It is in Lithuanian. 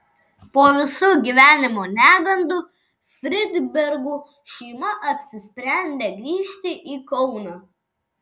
po visų gyvenimo negandų fridbergų šeima apsisprendė grįžti į kauną